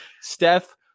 Steph